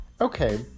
Okay